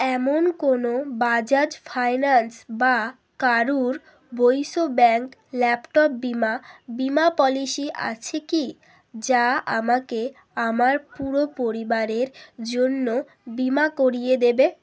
এমন কোনও বাজাজ ফাইন্যান্স বা কারুর বৈশ্য ব্যাঙ্ক ল্যাপটপ বীমা বীমা পলিসি আছে কি যা আমাকে আমার পুরো পরিবারের জন্য বীমা করিয়ে দেবে